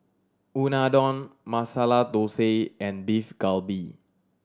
Unadon Masala Dosa and Beef Galbi